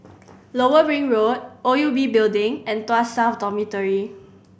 Lower Ring Road O U B Building and Tuas South Dormitory